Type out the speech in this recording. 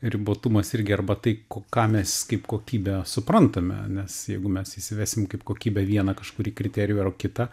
ribotumas irgi arba tai ko ką mes kaip kokybę suprantame nes jeigu mes įsivesim kaip kokybę vieną kažkurį kriterijų ar kitą